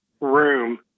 room